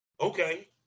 okay